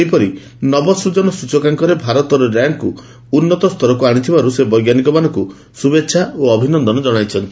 ସେହିପରି ନବସୂଜନ ସୂଚକାଙ୍କରେ ଭାରତର ର୍ୟାଙ୍କ୍କୁ ଉନ୍ନତ ସ୍ତରକୁ ଆଣିବାଥିବାରୁ ସେ ବୈଜ୍ଞାନିକମାନଙ୍କୁ ଶୁଭେଚ୍ଛା ଓ ଅଭିନନ୍ଦନ ଜଣାଇଛନ୍ତି